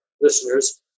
listeners